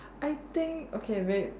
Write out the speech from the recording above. I think okay wait